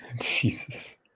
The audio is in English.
jesus